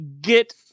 get